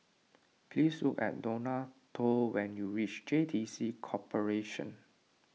please look at Donato when you reach J T C Corporation